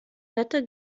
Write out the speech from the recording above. nette